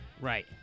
Right